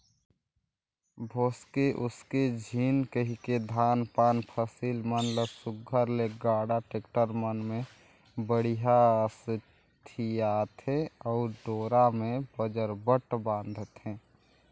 भोसके उसके झिन कहिके धान पान फसिल मन ल सुग्घर ले गाड़ा, टेक्टर मन मे बड़िहा सथियाथे अउ डोरा मे बजरबट बांधथे